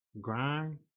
Grind